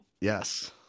yes